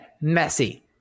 messy